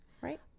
right